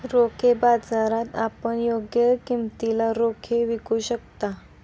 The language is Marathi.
रोखे बाजारात आपण योग्य किमतीला रोखे विकू शकता